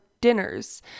dinners